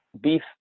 beef